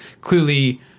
clearly